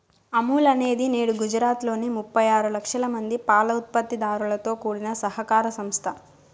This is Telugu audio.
అమూల్ అనేది నేడు గుజరాత్ లోని ముప్పై ఆరు లక్షల మంది పాల ఉత్పత్తి దారులతో కూడిన సహకార సంస్థ